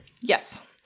Yes